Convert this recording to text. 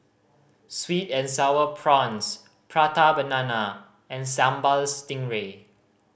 sweet and Sour Prawns Prata Banana and Sambal Stingray